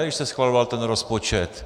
Když se schvaloval ten rozpočet.